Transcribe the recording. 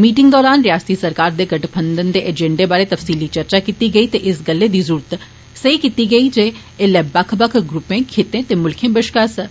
meeting दौरान रिआसती सरकार दे गठबंधन दे एजेंडे बारै तफ्सीली चर्चा कीती गेई ते इस गल्लै दी जरूरत सेई कीती गेई जे ऐल्लै बक्ख बक्ख ग्रुपें खित्तें ते मुल्खें बष्कार